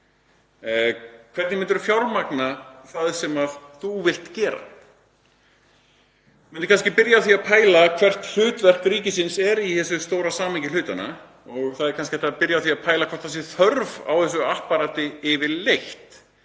Hvernig myndir þú fjármagna það sem þú vilt gera? Ég myndi kannski byrja á því að pæla hvert hlutverk ríkisins er í þessu stóra samhengi hlutanna og það er kannski hægt að byrja á því að pæla í hvort það sé þörf á þessu apparati yfirleitt.